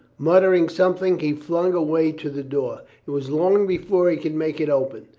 muttering something he flung away to the door. it was long before he could make it open.